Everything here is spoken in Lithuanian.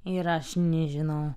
ir aš nežinau